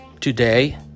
today